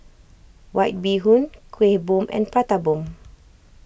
White Bee Hoon Kueh Bom and Prata Bomb